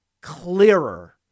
clearer